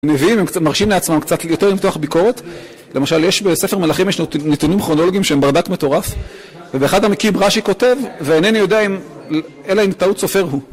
נביאים, הם קצת מרשים לעצמם קצת יותר למתוח ביקורת, למשל, יש בספר מלכים, יש נתנים כרונולוגיים שהם ברדק מטורף, ובאחד המקרים רש"י כותב, ואינני יודע אם... אלא אם טעות סופר הוא.